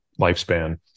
lifespan